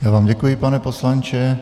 Já vám děkuji, pane poslanče.